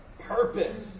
Purpose